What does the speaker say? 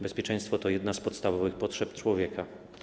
Bezpieczeństwo to jedna z podstawowych potrzeb człowieka.